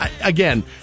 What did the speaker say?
again